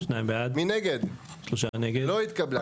הצבעה בעד, 2 נגד, 3 נמנעים, 0 הרביזיה לא התקבלה.